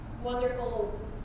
wonderful